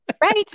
Right